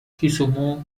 کیسومو